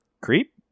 Creep